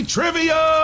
Trivia